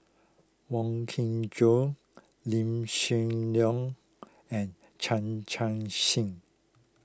Wong Kin Jong Lim Soo and Chan Chun Sing